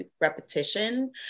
repetition